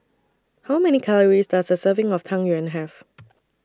How Many Calories Does A Serving of Tang Yuen Have